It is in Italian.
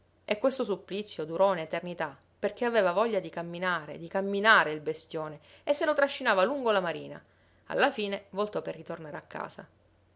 e questo supplizio durò un'eternità perché aveva voglia di camminare di camminare il bestione e se lo trascinava lungo la marina alla fine voltò per ritornare a casa